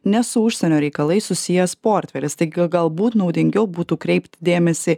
ne su užsienio reikalais susijęs portfelis taigi galbūt naudingiau būtų kreipt dėmesį